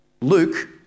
Luke